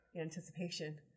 Anticipation